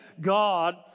God